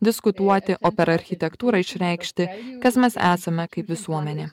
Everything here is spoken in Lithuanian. diskutuoti o per architektūrą išreikšti kas mes esame kaip visuomenė